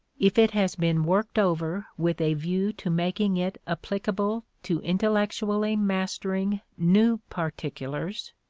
if it has been worked over with a view to making it applicable to intellectually mastering new particulars,